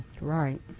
right